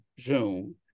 zoom